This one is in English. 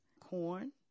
corn